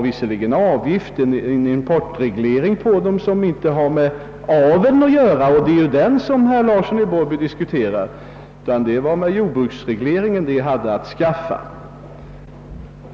Visserligen finns det en importreglering men den rör inte aveln, som ju herr Larsson i Borrby diskuterar, utan har med jordbruksregleringen att göra.